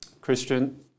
Christian